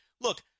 look